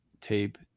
tape